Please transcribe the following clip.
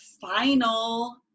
final